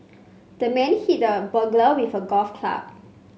the man hit the burglar with a golf club